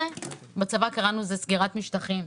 בצבא קראנו לזה סגירת משטחים.